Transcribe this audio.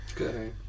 Okay